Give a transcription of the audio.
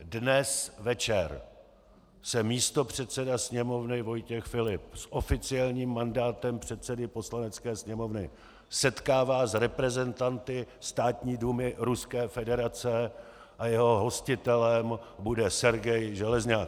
Dnes večer se místopředseda Sněmovny Vojtěch Filip s oficiálním mandátem předsedy Poslanecké sněmovny setkává s reprezentanty Státní dumy Ruské federace a jeho hostitelem bude Sergej Železňak.